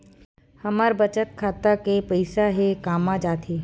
हमर बचत खाता के पईसा हे कामा जाथे?